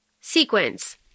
sequence